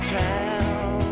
town